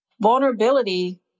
vulnerability